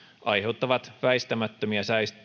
aiheuttavat väistämättömiä